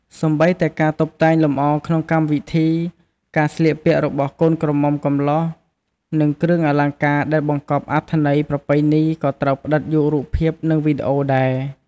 សូម្បីតែការតុបតែងលម្អក្នុងកម្មវិធី ការស្លៀកពាក់របស់កូនក្រមុំកំលោះ និងគ្រឿងអលង្ការដែលបង្កប់អត្ថន័យប្រពៃណី ក៏ត្រូវផ្តិតយករូបភាព និងវីដេអូដែរ។